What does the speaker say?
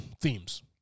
Themes